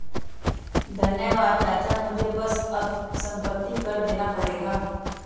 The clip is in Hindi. धन्यवाद चाचा मुझे बस अब संपत्ति कर देना पड़ेगा